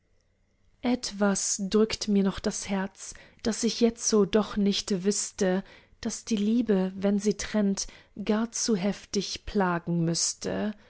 etwas drückt mir noch das herz daß ich jetzo doch nicht wüßte daß die liebe wenn sie trennt gar zu heftig plagen müßte